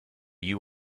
you